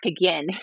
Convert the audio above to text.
again